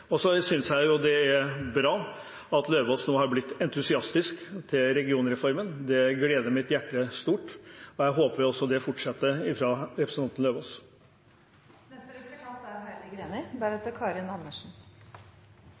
Og så synes jeg det er bra at Lauvås nå har blitt entusiastisk til regionreformen. Det gleder mitt hjerte stort, og jeg håper også det fortsetter fra representanten Lauvås. Det er